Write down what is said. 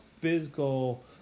physical